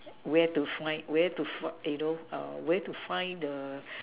where to find where to find you know err where to find the